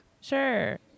Sure